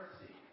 mercy